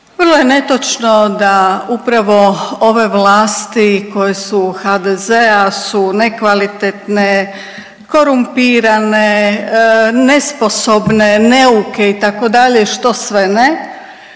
Vrlo je netočno da upravo ove vlasti koje su HDZ-a su nekvalitetne, korumpirane, nesposobne, neuke itd. što sve ne,